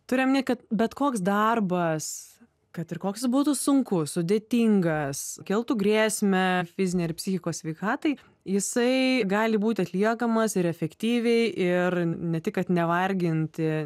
turiu omeny kad bet koks darbas kad ir koks jis būtų sunkus sudėtingas keltų grėsmę fizinei ar psichikos sveikatai jisai gali būti atliekamas ir efektyviai ir ne tik kad nevarginti